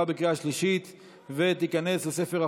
נתקבל.